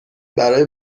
برای